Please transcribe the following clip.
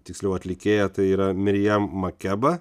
tiksliau atlikėja tai yra mirijam makeba